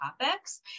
topics